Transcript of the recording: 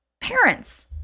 parents